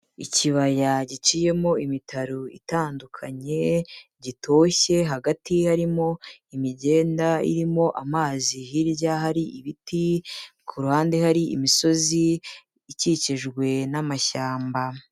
Ikibaya giciyemo imitaru itandukanye gitoshye, hagati harimo imigenda irimo amazi, hirya hari ibiti ku ruhande hari imisozi ikikijwe n'amashyamba.